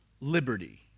Liberty